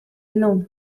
llum